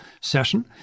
session